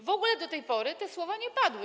W ogóle do tej pory te słowa nie padły.